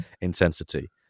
intensity